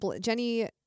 Jenny